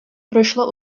пройшло